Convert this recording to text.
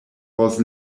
was